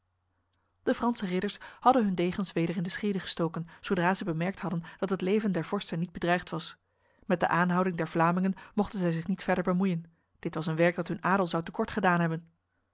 de franse ridders hadden hun degens weder in de schede gestoken zodra zij bemerkt hadden dat het leven der vorsten niet bedreigd was met de aanhouding der vlamingen mochten zij zich niet verder bemoeien dit was een werk dat hun adel zou te kort gedaan hebben